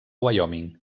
wyoming